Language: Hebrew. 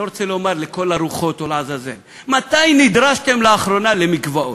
לא רוצה לומר "לכל הרוחות" או "לעזאזל" נדרשתם לאחרונה למקוואות?